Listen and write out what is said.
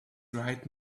right